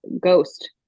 ghost